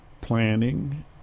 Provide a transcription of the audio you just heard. planning